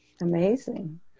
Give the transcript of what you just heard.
amazing